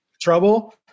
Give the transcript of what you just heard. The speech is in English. trouble